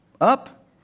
up